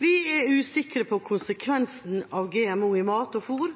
Vi er usikre på konsekvensene av GMO i mat og